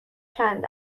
چند